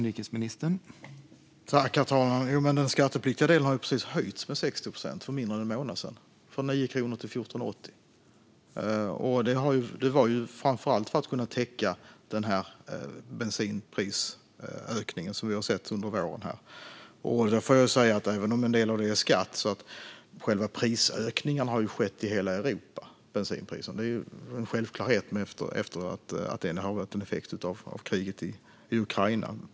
Herr talman! Den skattepliktiga delen har ju precis höjts med 60 procent, för mindre än en månad sedan, från 9 kronor till 14,80. Det gjordes framför allt för att täcka den bensinprisökning vi har sett under våren. Jag får ändå säga följande: Även om en del av kostnaden är skatt har ju ökningen av bensinpriset skett i hela Europa. Det är ju självklart att det är en effekt av kriget i Ukraina.